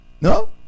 no